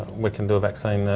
we can do a vaccine.